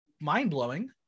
mind-blowing